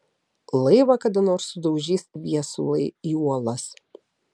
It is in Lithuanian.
laivą kada nors sudaužys viesulai į uolas